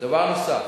דבר נוסף,